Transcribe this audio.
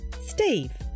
Steve